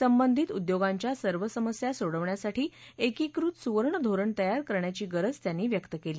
संबंधित उद्योगाच्या सर्व समस्या सोडवण्यासाठी एकीकृत सुवर्ण धोरण तयार करण्याची गरज त्यांनी व्यक्त केली